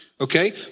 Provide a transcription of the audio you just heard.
okay